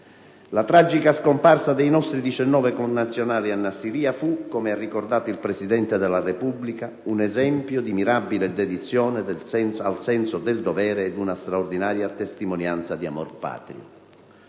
La tragica scomparsa dei nostri 19 connazionali a Nassiriya fu, come ha ricordato il Presidente della Repubblica, un esempio di mirabile dedizione al senso del dovere e una straordinaria testimonianza di amor patrio.